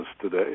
today